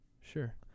Sure